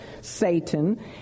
Satan